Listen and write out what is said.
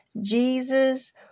Jesus